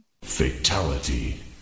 Fatality